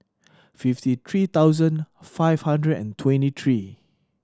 fifty three thousand five hundred and twenty three